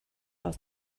aus